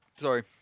sorry